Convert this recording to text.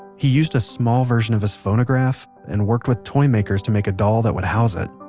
he used a small version of his phonograph and worked with toymakers to make a doll that would house it